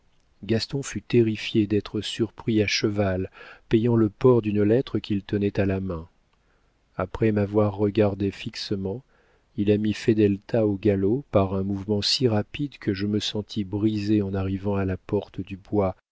gaston fut terrifié d'être surpris à cheval payant le port d'une lettre qu'il tenait à la main après m'avoir regardée fixement il a mis fedelta au galop par un mouvement si rapide que je me sentis brisée en arrivant à la porte du bois